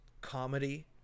Comedy